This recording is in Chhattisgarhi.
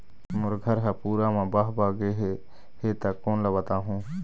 मोर घर हा पूरा मा बह बह गे हे हे ता कोन ला बताहुं?